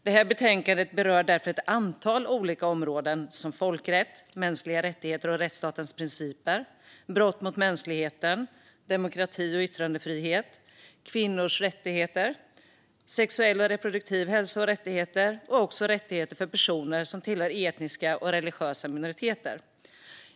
Det här betänkandet berör därför ett antal olika områden, som folkrätt, mänskliga rättigheter och rättsstatens principer, brott mot mänskligheten, demokrati och yttrandefrihet, kvinnors rättigheter, sexuell och reproduktiv hälsa och rättigheter samt rättigheter för personer som tillhör etniska och religiösa minoriteter.